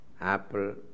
Apple